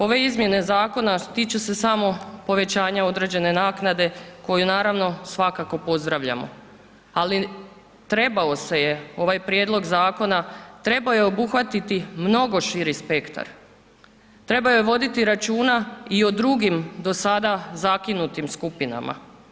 Ove izmjene zakona tiču se samo povećanja određene naknade koju naravno svakako pozdravljamo, ali trebao se je ovaj prijedlog zakona trebao je obuhvatiti mnogo širi spektar, trebao je voditi računa i o drugim do sada zakinutim skupina.